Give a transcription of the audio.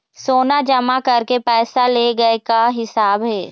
सोना जमा करके पैसा ले गए का हिसाब हे?